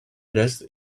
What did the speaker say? dressed